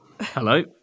Hello